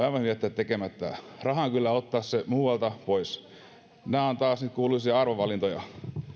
aivan hyvin jättää tekemättä sen rahan voi kyllä ottaa muualta pois nämä ovat taas niitä kuuluisia arvovalintoja